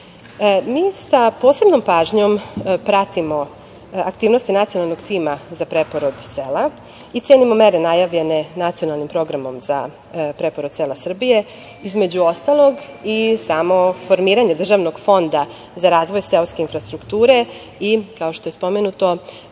sa posebnom pažnjom pratimo aktivnosti Nacionalnog tima za preporod sela i cenimo mere najavljene Nacionalnim programom za preporod sela Srbije, između ostalog i samo formiranje Državnog fonda za razvoj seoske infrastrukture i, kao što je spomenuto,